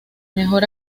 mejor